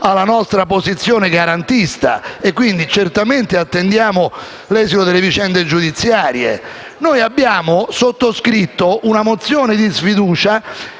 alla nostra posizione garantista e, quindi, certamente attendiamo l'esito delle vicende giudiziarie. Noi abbiamo sottoscritto una mozione di sfiducia